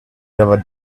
never